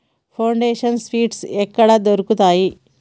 Foundation seeds ఎక్కడ దొరుకుతాయి?